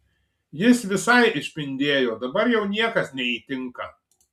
jis visai išpindėjo dabar jau niekas neįtinka